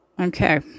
Okay